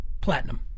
Platinum